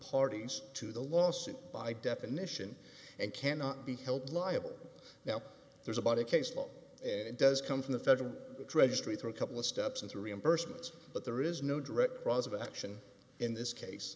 parties to the lawsuit by definition and cannot be held liable now there's about a case law and it does come from the federal treasury through a couple of steps into reimbursements but there is no direct action in this case